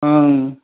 हँ